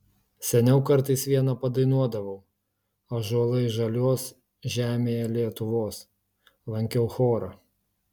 seniau kartais viena padainuodavau ąžuolai žaliuos žemėje lietuvos lankiau chorą